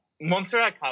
Montserrat